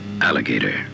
Alligator